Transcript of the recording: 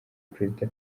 perezida